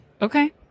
Okay